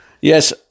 Yes